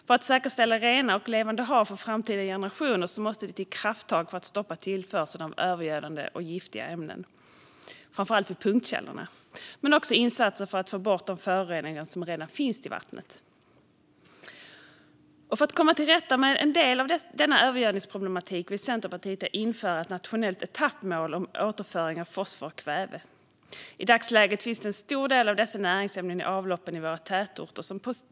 För att säkerställa rena och levande hav för framtida generationer måste det till krafttag för att stoppa tillförseln av övergödande och giftiga ämnen, framför allt vid punktkällorna, men också insatser för att få bort de föroreningar som redan finns i vattnet. För att komma till rätta med en del av denna övergödningsproblematik vill Centerpartiet införa ett nationellt etappmål om återföring av fosfor och kväve. I dagsläget finns en stor del av dessa näringsämnen i avloppen i våra tätorter.